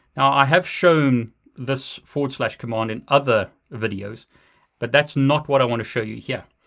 i have shown this forward slash command in other videos but that's not what i wanna show you yeah